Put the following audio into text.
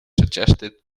suggested